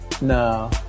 No